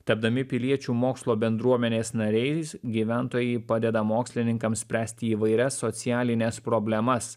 tapdami piliečių mokslo bendruomenės nariais gyventojai padeda mokslininkams spręsti įvairias socialines problemas